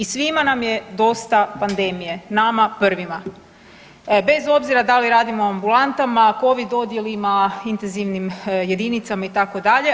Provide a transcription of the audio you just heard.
Svima nam je dosta pandemije, nama prvima bez obzira da li radimo u ambulantama, Covid odjelima, intenzivnim jedinicama itd.